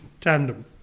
tandem